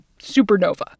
supernova